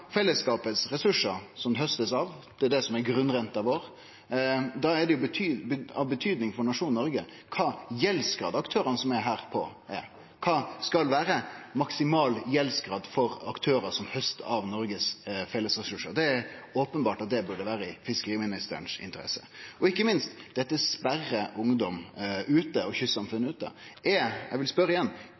fellesskapets ressursar, som det blir hausta av. Det er det som er grunnrenta vår. Da er det av betyding for nasjonen Noreg kva gjeldsgrad aktørane som er her, har. Kva skal vere maksimal gjeldsgrad for aktørar som haustar av Noregs fellesressursar? Det er openbert at det bør vere av interesse for fiskeriministeren, og ikkje minst sperrar dette ungdom og kystsamfunn ute. Eg vil spørje igjen: